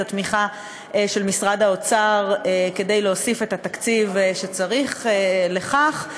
את התמיכה של משרד האוצר כדי להוסיף את התקציב שצריך לכך.